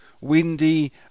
windy